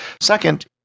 Second